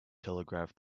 telegraph